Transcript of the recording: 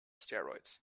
steroids